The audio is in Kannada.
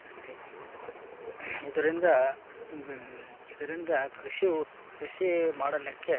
ಸಣ್ಣವು ಯ ಆರು ಚಮ್ಚ ದೊಡ್ದವೂ ಏಳು ಚಮ್ಚ ಅದಾವು